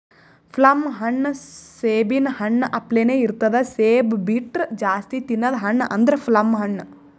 plum ಹಣ್ಣ್ ಸೇಬಿನ್ ಹಣ್ಣ ಅಪ್ಲೆನೇ ಇರ್ತದ್ ಸೇಬ್ ಬಿಟ್ರ್ ಜಾಸ್ತಿ ತಿನದ್ ಹಣ್ಣ್ ಅಂದ್ರ ಪ್ಲಮ್ ಹಣ್ಣ್